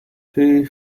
two